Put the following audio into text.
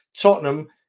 Tottenham